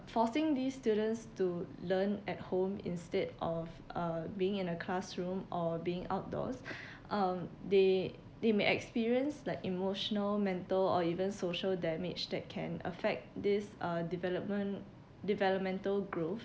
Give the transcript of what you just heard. forcing these students to learn at home instead of uh being in a classroom or being outdoors um they they may experience like emotional mental or even social damage that can affect this uh development developmental growth